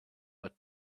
but